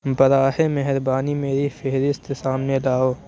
براہِ مہربانی میری فہرست سامنے لاؤ